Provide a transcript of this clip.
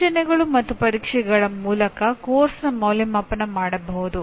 ನಿಯೋಜನೆಗಳು ಮತ್ತು ಪರೀಕ್ಷೆಗಳ ಮೂಲಕ ಪಠ್ಯಕ್ರಮದ ಅಂದಾಜುವಿಕೆ ಮಾಡಬಹುದು